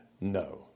no